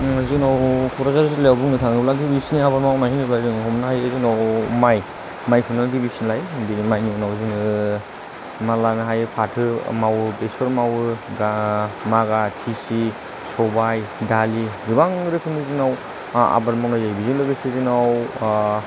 जोंनाव कक्राझार जिल्लायाव बुंनो थाङोब्ला गुदि सिनि हाबा मावनाय होनोबा जों हमनो हायो जोंनाव माइ माइखौनो गिबि फिनाय बिनि माइनि उनाव जोङो मा लानो हायो फाथो मावो बेसर मावो दा मागा थिसि सबाइ दालि गोबां रोखोमनि जोंनाव आबाद मावनाय जायो बेजों लोगोसे जोंनाव